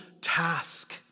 task